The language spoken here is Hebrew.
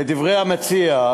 לדברי המציע,